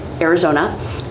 Arizona